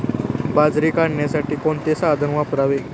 बाजरी काढण्यासाठी कोणते साधन वापरावे?